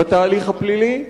בתהליך הפלילי,